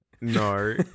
No